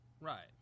Right